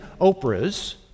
Oprah's